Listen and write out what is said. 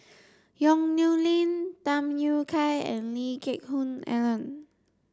Yong Nyuk Lin Tham Yui Kai and Lee Geck Hoon Ellen